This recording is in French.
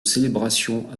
célébrations